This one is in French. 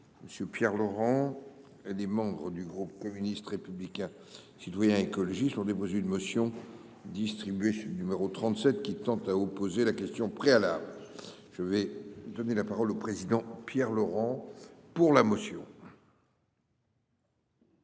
Monsieur Pierre Laurent et des membres du groupe communiste, républicain, citoyen et écologiste ont déposé une motion distribuée numéro 37 qui tente à opposer la question préalable. Je vais donner la parole au président Pierre Laurent pour la motion.